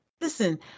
listen